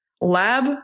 Lab